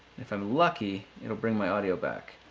if i'm lucky, it'll bring my audio back.